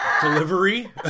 delivery